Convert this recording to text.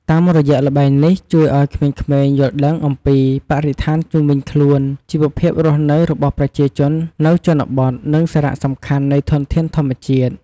តាមរយះល្បែងនេះជួយឱ្យក្មេងៗយល់ដឹងអំពីបរិស្ថានជុំវិញខ្លួន ជីវភាពរស់នៅរបស់ប្រជាជននៅជនបទ និងសារៈសំខាន់នៃធនធានធម្មជាតិ។